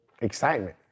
excitement